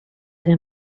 him